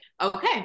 okay